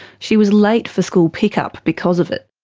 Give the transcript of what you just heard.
she was late for school pick up because of it.